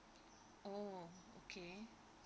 oh okay